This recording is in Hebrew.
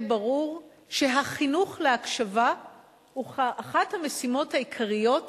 ברור שהחינוך להקשבה הוא אחת המשימות העיקריות בכיתות.